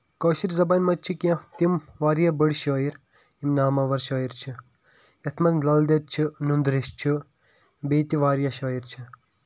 کٲشِر زَبان منٛز چھِ کیٚنٛہہ تِم واریاہ بٔڑۍ شٲعر یِم نَماوار شٲعر چھِ یَتھ منٛز لل دیٚد چھِ نندریش چھِ بیٚیہِ تہِ واریاہ شٲعر چھِ